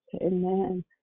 Amen